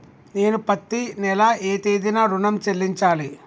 నేను పత్తి నెల ఏ తేదీనా ఋణం చెల్లించాలి?